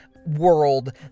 world